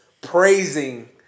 praising